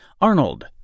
Arnold